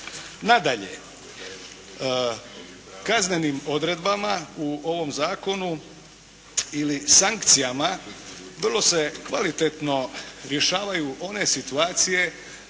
Nadalje, kaznenim odredbama u ovom zakonu ili sankcijama vrlo se kvalitetno rješavaju one situacije